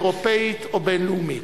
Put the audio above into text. אירופית או בין-לאומית.